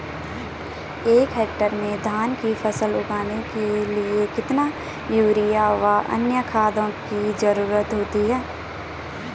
एक हेक्टेयर में धान की फसल उगाने के लिए कितना यूरिया व अन्य खाद की जरूरत होती है?